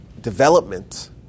development